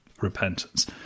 repentance